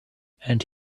and